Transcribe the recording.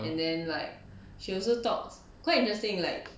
and then like she also talks quite interesting like